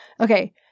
Okay